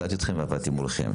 הכרתי אתכם ועבדתי מולכם.